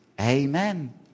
Amen